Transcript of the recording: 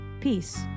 Peace